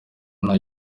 nta